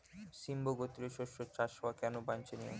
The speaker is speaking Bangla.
সিম্বু গোত্রীয় শস্যের চাষ হওয়া কেন বাঞ্ছনীয়?